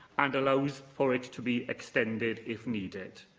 and allows for it to be extended if needed.